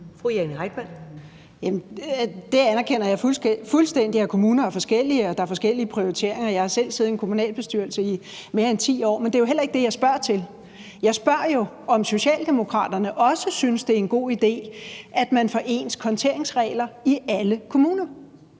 at kommuner er forskellige, og at der er forskellige prioriteringer. Jeg har selv siddet i en kommunalbestyrelse i mere end 10 år. Men det er jo heller ikke det, jeg spørger om. Jeg spørger jo, om Socialdemokraterne også synes, det er en god idé, at man får ens konteringsregler i alle kommuner